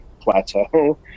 plateau